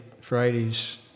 Friday's